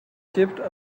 chipped